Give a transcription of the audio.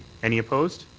any opposed?